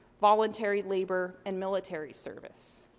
voluntary labor, and military service.